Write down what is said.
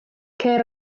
cer